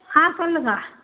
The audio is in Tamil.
ஆ சொல்லுங்கள்